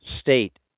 state